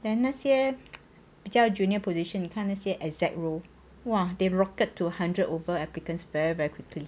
then 那些比较 junior position 你看那些 exact role they rocket to hundred over applicants very very quickly